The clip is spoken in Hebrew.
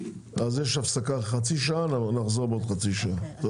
נצא להפסקה של חצי שעה ונחדש את הדיון בשעה 10:00. (הישיבה